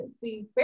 See